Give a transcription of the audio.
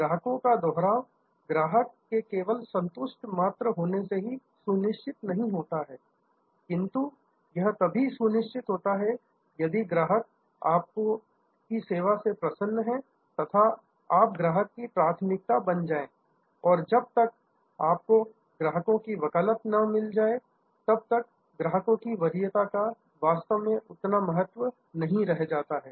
ग्राहकों का दोहराव ग्राहक के केवल संतुष्ट मात्र होने से ही सुनिश्चित नहीं होता है किंतु यह तभी सुनिश्चित होता है यदि ग्राहक आपकी सेवा से प्रसन्न है तथा आप ग्राहक की प्राथमिकता बन जाए और जब तक आपको ग्राहकों की वकालत ना मिल जाए तब तक ग्राहकों की वरीयता का वास्तव में उतना महत्व नहीं रह जाता है